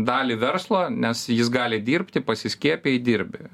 dalį verslo nes jis gali dirbti pasiskiepijai dirbi